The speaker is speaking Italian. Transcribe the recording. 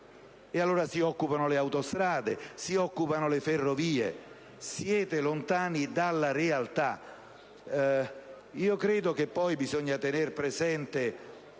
Allora si occupano le autostrade, si occupano le ferrovie. Siete lontani dalla realtà.